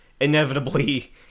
inevitably